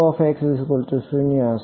0 હશે